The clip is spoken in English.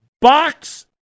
box